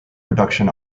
production